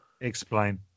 explain